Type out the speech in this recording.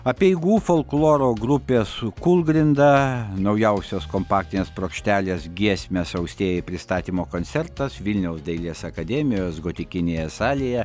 apeigų folkloro grupė su kūlgrinda naujausios kompaktinės plokštelės giesmės austėjai pristatymo koncertas vilniaus dailės akademijos gotikinėje salėje